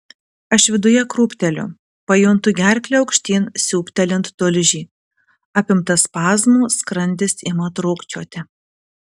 aš viduje krūpteliu pajuntu gerkle aukštyn siūbtelint tulžį apimtas spazmų skrandis ima trūkčioti